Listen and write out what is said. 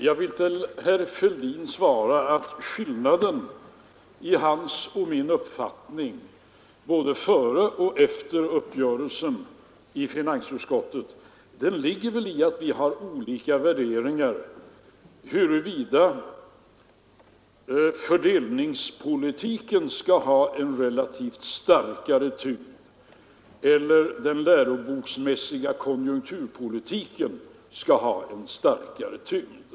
Jag vill svara herr Fälldin att skillnaden mellan hans och min uppfattning både före och efter uppgörelsen i finansutskottet väl ligger i att vi har olika uppfattningar om huruvida fördelningspolitiken eller den läroboksmässiga konjunkturpolitiken skall ha en relativt starkare tyngd.